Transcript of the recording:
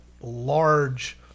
large